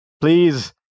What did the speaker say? please